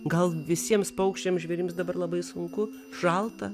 gal visiems paukščiams žvėrims dabar labai sunku šalta